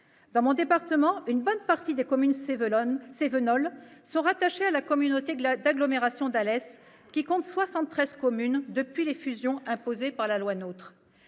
Dans mon département, une bonne partie des communes cévenoles sont rattachées à la communauté d'agglomération d'Alès qui compte 73 communes depuis les fusions imposées par la loi NOTRe.